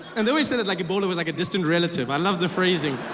and then he said it like it but was like a distant relative, i love the praising.